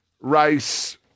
Race